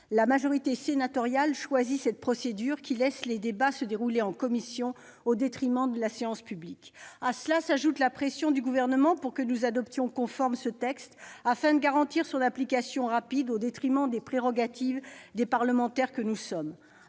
la majorité sénatoriale choisit cette procédure qui laisse les débats se dérouler en commission au détriment de la séance publique. À cela s'ajoute la pression du Gouvernement pour que nous adoptions conforme ce texte afin de garantir son application rapide, au détriment des prérogatives des parlementaires que nous sommes.